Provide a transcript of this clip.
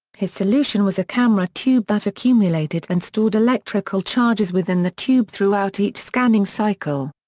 his solution was a camera tube that accumulated and stored electrical charges within the tube throughout each scanning cycle.